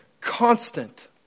Constant